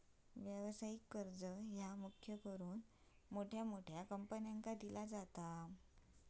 व्यवसायिक कर्ज ह्या मुख्य करून मोठ्या मोठ्या कंपन्यांका दिला जाता